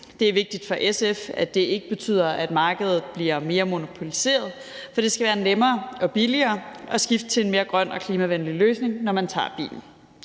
Det er vigtigt for SF, at det ikke betyder, at markedet bliver mere monopoliseret, for det skal være nemmere og billigere at skifte til en mere grøn og klimavenlig løsning, når man tager bilen.